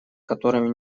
которыми